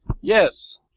Yes